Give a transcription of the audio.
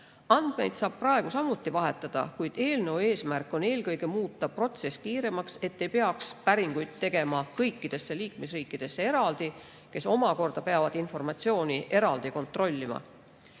Andmeid saab praegu samuti vahetada, kuid eelnõu eesmärk on eelkõige muuta protsess kiiremaks, et ei peaks tegema päringuid kõikidele liikmesriikidele eraldi, kes omakorda peaksid siis informatsiooni eraldi kontrollima.